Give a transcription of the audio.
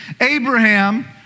Abraham